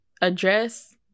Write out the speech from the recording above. address